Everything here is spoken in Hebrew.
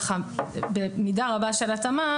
מידה רבה של התאמה,